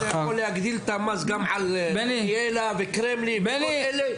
אתה יכול להגדיל את המס גם על --- וקרמים וכל אלה?